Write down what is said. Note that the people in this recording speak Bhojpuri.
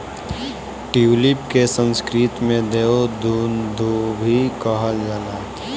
ट्यूलिप के संस्कृत में देव दुन्दुभी कहल जाला